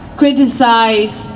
criticize